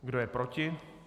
Kdo je proti?